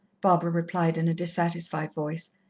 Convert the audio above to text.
barbara replied in a dissatisfied voice.